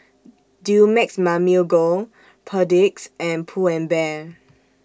Dumex Mamil Gold Perdix and Pull and Bear